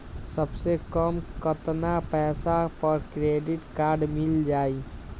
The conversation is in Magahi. सबसे कम कतना पैसा पर क्रेडिट काड मिल जाई?